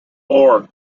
four